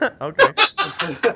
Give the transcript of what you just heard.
Okay